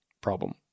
problem